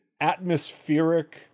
atmospheric